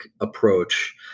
approach